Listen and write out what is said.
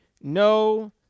no